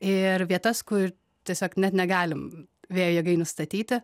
ir vietas kur tiesiog net negalim vėjo jėgainių statyti